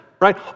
right